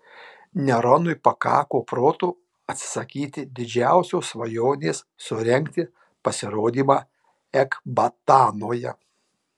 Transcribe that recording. neronui pakako proto atsisakyti didžiausios svajonės surengti pasirodymą ekbatanoje